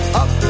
up